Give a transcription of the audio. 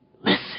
Listen